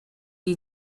you